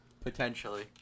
Potentially